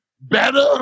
better